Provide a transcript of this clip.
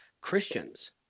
Christians